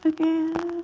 Again